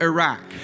Iraq